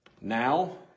Now